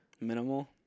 Minimal